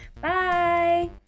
Bye